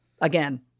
again